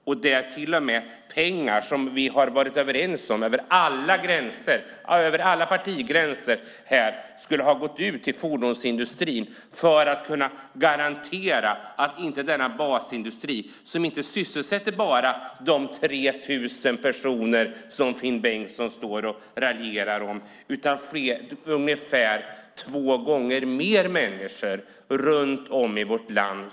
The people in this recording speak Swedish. Vi har till och med varit överens över alla partigränser om pengar som skulle gå ut till fordonsindustrin för att man skulle garantera denna basindustri som inte bara sysselsätter de 3 000 personer som Finn Bengtsson raljerar om utan ungefär två gånger fler människor runt om i vårt land.